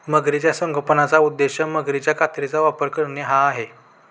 मगरीच्या संगोपनाचा उद्देश मगरीच्या कातडीचा व्यापार करणे हा आहे